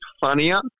funnier